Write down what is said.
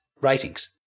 ratings